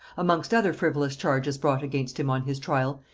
amongst other frivolous charges brought against him on his trial,